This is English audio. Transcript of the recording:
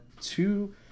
two